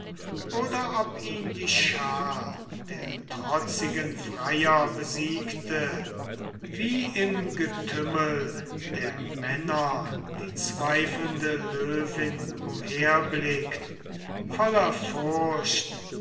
oder ob ihn die schar der trotzigen freier besiegte wie im getümmel der männer die zweifelnde löwin umherblickt voller furcht